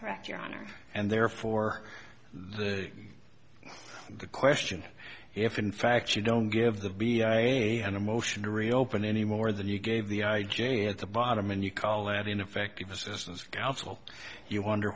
correct your honor and therefore the question if in fact you don't give the be on a motion to reopen anymore than you gave the i j a at the bottom and you call that ineffective assistance of counsel you wonder